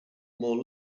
more